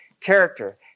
character